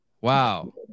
Wow